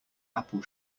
apple